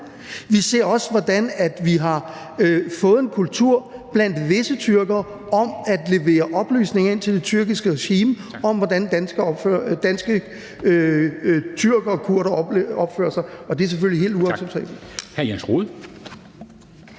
Vi ser også, hvordan vi har fået en kultur blandt visse tyrkere om at levere oplysninger til det tyrkiske regime om, hvordan danske tyrkere og kurdere opfører sig, og det er selvfølgelig helt uacceptabelt.